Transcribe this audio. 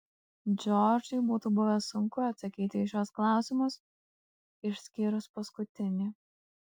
džordžui būtų buvę sunku atsakyti į šiuos klausimus išskyrus paskutinį